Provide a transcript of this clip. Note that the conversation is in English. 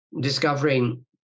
discovering